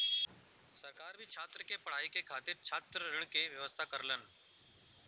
सरकार भी छात्र के पढ़ाई के खातिर छात्र ऋण के व्यवस्था करलन